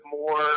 more